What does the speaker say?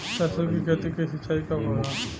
सरसों की खेती के सिंचाई कब होला?